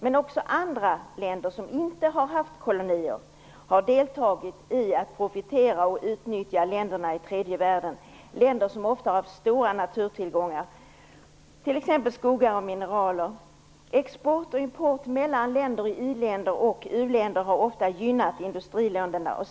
Men också andra länder, som inte har haft kolonier, har deltagit i att profitera och utnyttja länderna i tredje världen, länder som ofta haft stora naturtillgångar, t.ex. skogar och mineraler. Export och import mellan i-länder och u-länder har ofta gynnat industriländerna.